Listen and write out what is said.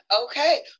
Okay